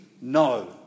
No